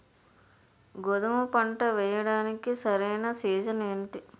గోధుమపంట వేయడానికి సరైన సీజన్ ఏంటి?